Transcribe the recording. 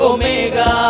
Omega